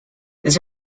this